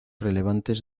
relevantes